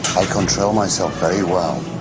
i control myself very well.